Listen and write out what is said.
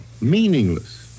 Meaningless